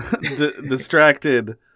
distracted